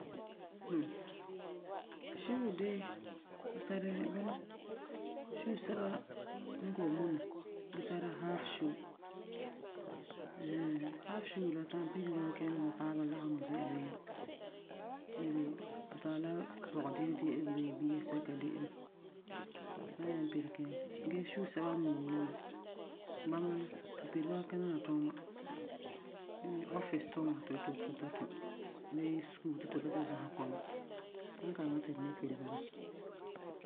Hmm, shoe de, tu tari bunɔ, shoe sɛba n kɔ'ɔm muna. Ge tara half shoe ɛɛn hɛɛn. Half shoe la fu ta'am pire bama fu taaba lageŋɔ zi'an bii, maybe ba tari la pɔgedire de'eŋo bii bia sɛka de'eŋo fu wan nyaŋe pire kiŋɛ. Gee shoe sɛba n mum la me, bama tu tari ba kina la tuuma. Maybe office tuuma ti fu yeti fu kiŋɛ ta tum bee sukuu ti fu yeti fu kiŋɛ ta zamesɛ kɔma. Sankaŋa ti tu ni pire bama.